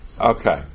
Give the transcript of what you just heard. okay